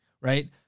Right